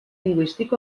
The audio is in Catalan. lingüístic